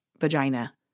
vagina